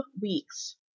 weeks